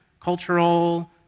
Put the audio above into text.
cultural